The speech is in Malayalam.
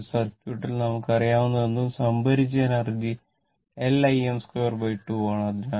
അതിനാൽ ഒരു AC സർക്യൂട്ടിൽ നമുക്ക് അറിയാവുന്നതെന്തും സംഭരിച്ചിരിക്കുന്ന എനർജി L Im22 ആണ്